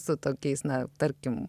su tokiais na tarkim